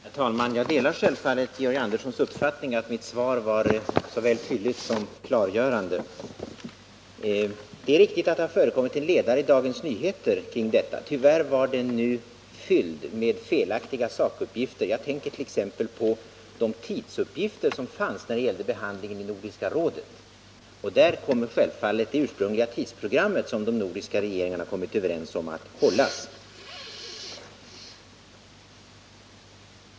Herr talman! Jag delar självfallet Georg Anderssons uppfattning att mitt svar var såväl fylligt som klargörande. Det är riktigt att det förekommit en ledare i Dagens Nyheter kring detta. Tyvärr var den fylld med felaktiga sakuppgifter. Jag tänker t.ex. på de tidsuppgifter som fanns beträffande behandlingen i Nordiska rådet. Där kommer självfallet det ursprungliga tidsprogrammet, som de nordiska regeringarna kommit överens om, att hållas.